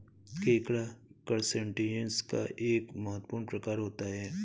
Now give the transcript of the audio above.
केकड़ा करसटेशिंयस का एक महत्वपूर्ण प्रकार होता है